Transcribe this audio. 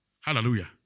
Hallelujah